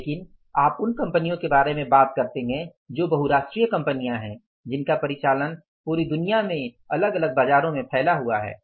लेकिन आप उन कंपनियों के बारे में बात करते हैं जो बहुराष्ट्रीय कंपनियां हैं जिनका परिचालन पूरी दुनिया में अलग अलग बाजारों में फैला हुआ है